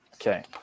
okay